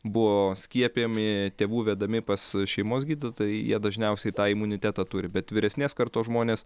buvo skiepijami tėvų vedami pas šeimos gydytoją jie dažniausiai tai imunitetą turi bet vyresnės kartos žmonės